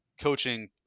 coaching